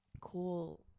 cool